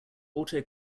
auto